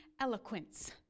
eloquence